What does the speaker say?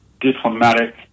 diplomatic